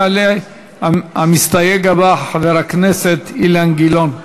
יעלה המסתייג הבא, חבר הכנסת אילן גילאון.